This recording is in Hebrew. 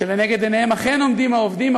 שלנגד עיניהם אכן עומדים העובדים,